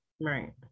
Right